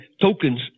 tokens